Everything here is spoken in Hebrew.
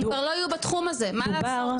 הן כבר לא יהיו בתחום הזה מה לעשות.